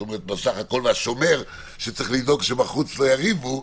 והשומר שצריך לדאוג שבחוץ לא יריבו,